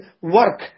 work